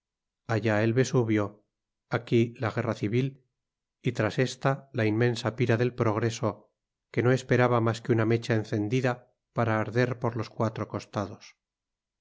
allá el vesubio aquí la guerra civil y tras esta la inmensa pira del progreso que no esperaba más que una mecha encendida para arder por los cuatro costados